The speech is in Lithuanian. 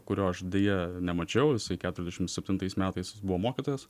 kurio aš deja nemačiau jisai keturiasdešim septintais metais jis buvo mokytojas